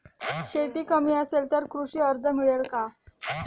शेती कमी असेल तर कृषी कर्ज मिळेल का?